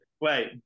Wait